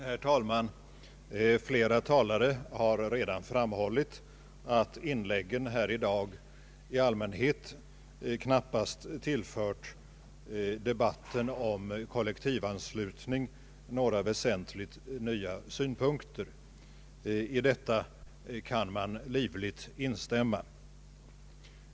Herr talman! Flera talare har redan framhållit att inläggen här i dag i allmänhet knappast tillfört debatten om kollektivanslutning några väsentligt nya synpunkter. I detta kan man livligt instämma.